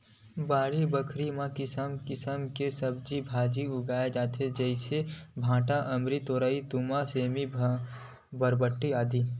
बाड़ी बखरी म किसम किसम के सब्जी भांजी उगाय जाथे जइसे भांटा, अमारी, तोरई, तुमा, सेमी, बरबट्टी, आदि